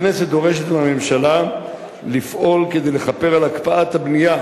הכנסת דורשת מהממשלה לפעול כדי לכפר על הקפאת הבנייה